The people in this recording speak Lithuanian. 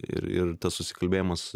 ir ir tas susikalbėjimas